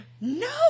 no